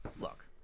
look